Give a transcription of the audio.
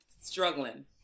struggling